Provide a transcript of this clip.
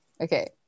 Okay